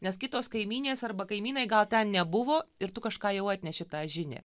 nes kitos kaimynės arba kaimynai gal ten nebuvo ir tu kažką jau atneši tą žinią